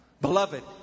Beloved